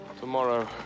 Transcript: Tomorrow